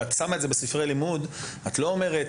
כשאת שמה את זה בספרי לימוד את לא אומרת,